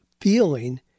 feeling